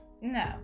no